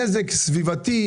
נזק סביבתי